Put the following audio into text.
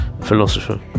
philosopher